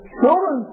children